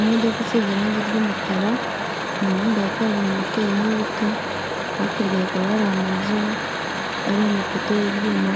Imodoka isize irangi ry'umukara, mu umuhanda wa kaburimbo uteye ho ibiti, hakurya hakabari amazu ariho amapoto y'ibyuma,